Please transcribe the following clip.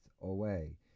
away